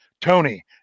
Tony